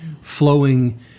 flowing